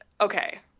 okay